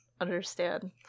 understand